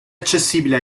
accessibile